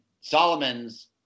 Solomon's